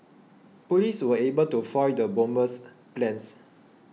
police were able to foil the bomber's plans